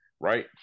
right